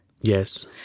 Yes